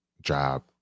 job